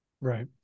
Right